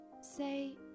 say